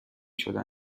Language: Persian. شده